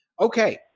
okay